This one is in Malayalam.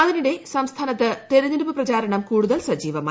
അതിനിടെ സംസ്ഥാനത്ത് തെരഞ്ഞെടുപ്പ് പ്രചാരണം കൂടുതൽ സജീവമായി